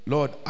Lord